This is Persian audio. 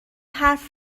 حرف